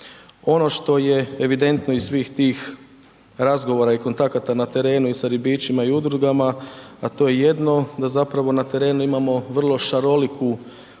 Ono što je evidentno iz svih tih razgovora i kontakta na terenu i sa ribičima i udrugama, a to je jedno da zapravo na terenu imamo vrlo šaroliku praksu